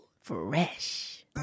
fresh